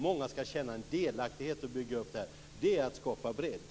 Många skall känna en delaktighet och bygga upp det här. Det är att skapa bredd.